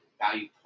value